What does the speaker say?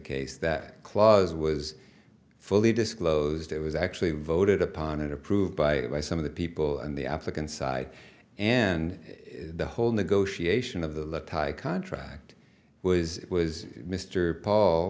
case that clause was fully disclosed it was actually voted upon it approved by by some of the people and the african side and the whole negotiation of the contract was it was mr paul